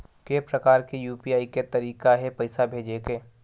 के प्रकार के यू.पी.आई के तरीका हे पईसा भेजे के?